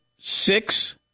six